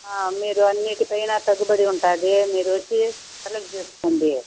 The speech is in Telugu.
మీరు అన్నింటి పైన తగ్గుబడి ఉంటుంది మీరు వచ్చి సెలెక్ట్ చేసుకోండి